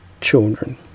children